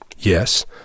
Yes